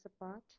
apart